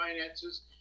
finances